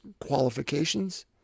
qualifications